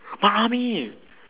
mamee